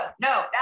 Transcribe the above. no